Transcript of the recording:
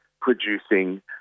producing